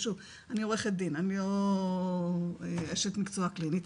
ושוב אני עורכת דין אני אשת מקצוע קלינית,